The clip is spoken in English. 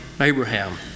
Abraham